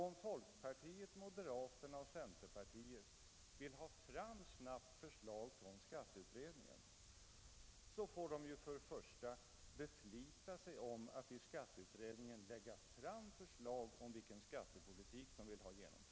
Om folkpartiet, moderaterna och centerpartiet snabbt vill ha fram förslag från skatteutredningen, får de först och främst beflita sig om att i skatteutredningen lägga fram förslag om vilken skattepolitik de vill ha genomförd.